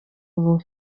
ubu